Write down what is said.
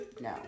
no